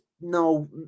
no